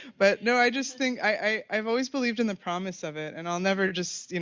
but no, i just think, i've always believed in the promise of it. and i'll never just, you